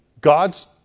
God's